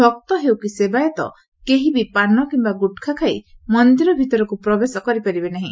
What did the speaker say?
ଭକ୍ତ ହେଉ କି ସେବାୟତ କେହି ବି ପାନ କିମ୍ଘା ଗୁଟ୍ଖା ଖାଇ ମନ୍ଦିର ଭିତରକୁ ପ୍ରବେଶ କରିପାରିବେ ନାହି